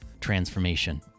transformation